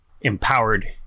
empowered